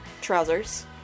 trousers